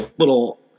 Little